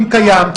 אם קיים.